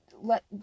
let